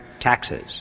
taxes